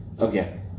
Okay